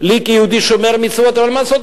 לי כיהודי שומר מצוות, אבל מה לעשות?